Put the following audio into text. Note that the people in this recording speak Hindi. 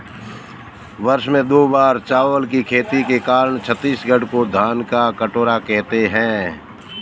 वर्ष में दो बार चावल की खेती के कारण छत्तीसगढ़ को धान का कटोरा कहते हैं